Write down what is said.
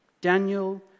Daniel